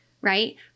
right